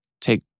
take